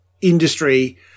industry